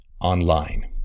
online